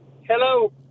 Hello